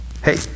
Hey